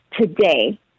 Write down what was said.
today